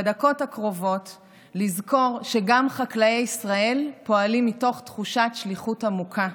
בדקות הקרובות לזכור שגם חקלאי ישראל פועלים מתוך תחושת שליחות עמוקה.